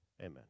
Amen